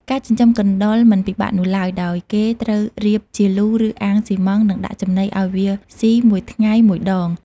ការចិញ្ចឹមកណ្តុរមិនពិបាកនោះឡើយ ដោយគេត្រូវរៀបជាលូ ឬ អាងសុីម៉ង់ និងដាក់ចំណីឱ្យវាសុីមួយថ្ងៃមួយដង។